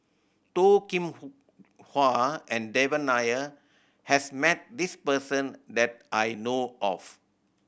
Toh Kim Hwa and Devan Nair has met this person that I know of